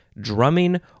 drumming